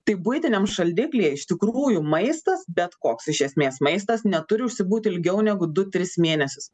tai buitiniam šaldiklyje iš tikrųjų maistas bet koks iš esmės maistas neturi užsibūt ilgiau negu du tris mėnesius